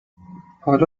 حالا